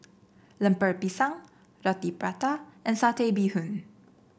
Lemper Pisang Roti Prata and Satay Bee Hoon